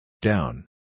Down